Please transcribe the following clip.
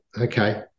okay